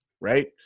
right